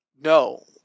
No